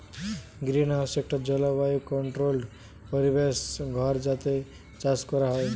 greenhouse একটা জলবায়ু controlled পরিবেশ ঘর যাতে চাষ কোরা হয়